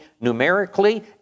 numerically